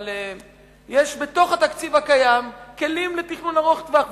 אבל יש בתוך התקציב הקיים כלים לתכנון ארוך-טווח.